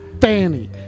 Fanny